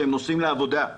כשהם נוסעים לעבודה,